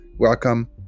Welcome